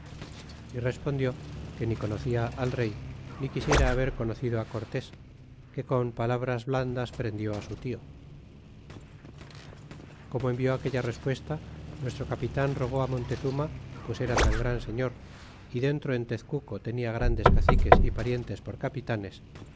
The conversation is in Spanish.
y respondió que ni conocía á rey ni quisiera haber conocido cortés que con palabras blandas prendió á su tio como envió aquella respuesta nuestro czpitan rogó montezuma pues era tan gran señor y dentro en tezcuco tenia grandes caciques y parientes por capitanes y